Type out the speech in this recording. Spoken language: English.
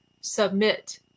Submit